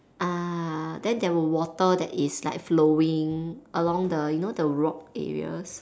ah then there were water that is like flowing along the you know the rock areas